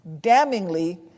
damningly